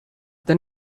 then